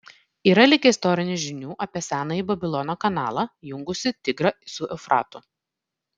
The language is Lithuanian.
yra likę istorinių žinių apie senąjį babilono kanalą jungusį tigrą su eufratu